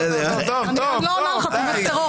תומך טרור.